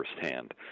firsthand